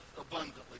abundantly